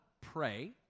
pray